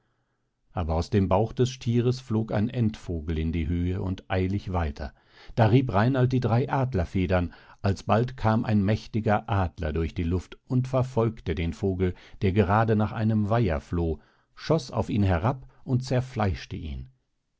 aber aus dem bauch des stiers flog ein entvogel in die höhe und eilig weiter da rieb reinald die drei adlerfedern alsbald kam ein mächtiger adler durch die luft und verfolgte den vogel der gerade nach einem weiher floh schoß auf ihn herab und zerfleischte ihn